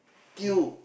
Tiew